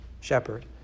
shepherd